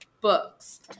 books